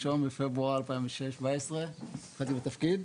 ב-1 בפברואר 2017 התחלתי בתפקיד.